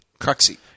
Cruxy